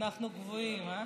אנחנו גבוהים.